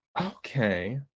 Okay